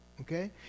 okay